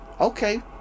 Okay